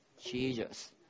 Jesus